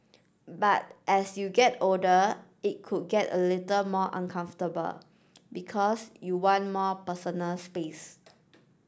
but as you get older it could get a little more uncomfortable because you want more personal space